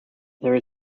there